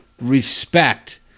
respect